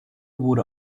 wurde